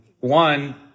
one